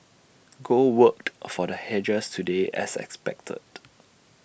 gold worked for the hedgers today as expected